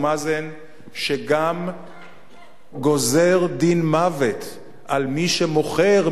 שגם גוזר דין מוות על מי שמוכר,